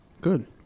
Good